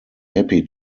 happy